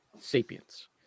Sapiens